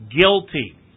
guilty